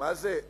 מה זה,